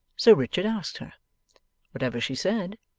so richard asked her whatever she said,